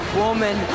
woman